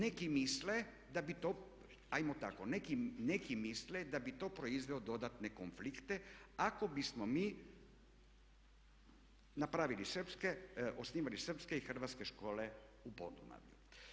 Neki misle da bi to, hajmo tako, neki misle da bi to proizvelo dodane konflikte ako bismo mi napravili srpske, osnivali srpske i hrvatske škole u Podunavlju.